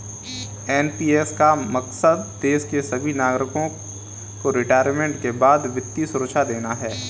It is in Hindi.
एन.पी.एस का मकसद देश के सभी नागरिकों को रिटायरमेंट के बाद वित्तीय सुरक्षा देना है